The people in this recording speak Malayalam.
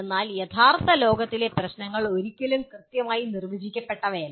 എന്നാൽ യഥാർത്ഥ ലോകത്തിലെ പ്രശ്നങ്ങൾ ഒരിക്കലും കൃത്യമായി നിർവചിക്കപ്പെട്ടിട്ടില്ല